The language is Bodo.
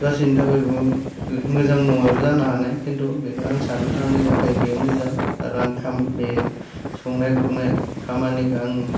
गासिनि थाखायबो मोजां नङाबो जानो हानाय किन्तु बेखौ आं सानो आंनि थाखाय मोजां आरो बे संनाय खुरनाय खामानिखौ आं